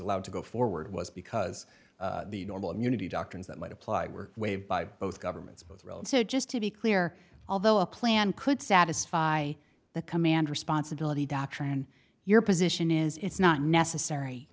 allowed to go forward was because the normal immunity doctrines that might apply were waived by both governments both relative just to be clear although a plan could satisfy the command responsibility doctrine your position is it's not necessary